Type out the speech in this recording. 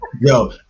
yo